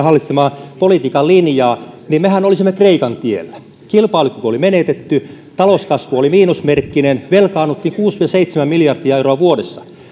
hallitsemaa politiikan linjaa mehän olisimme kreikan tiellä kilpailukyky oli menetetty talouskasvu oli miinusmerkkinen velkaannuttiin kuusi viiva seitsemän miljardia euroa vuodessa